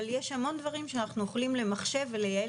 אבל יש המון דברים שאנחנו יכולים למחשב ולייעל